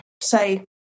say